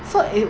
so it